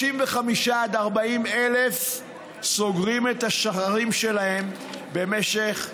35,000 עד 40,000 סוגרים את השערים שלהם במשך השנה.